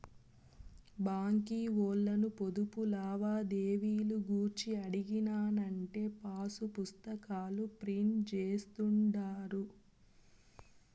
బాంకీ ఓల్లను పొదుపు లావాదేవీలు గూర్చి అడిగినానంటే పాసుపుస్తాకాల ప్రింట్ జేస్తుండారు